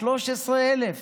13,000